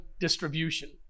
distribution